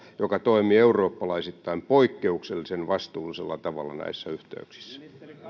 joka toimii eurooppalaisittain poikkeuksellisen vastuullisella tavalla näissä yhteyksissä